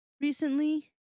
recently